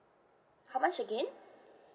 how much again